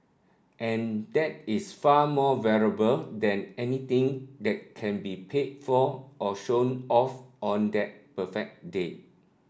and that is far more valuable than anything that can be paid for or shown off on that perfect day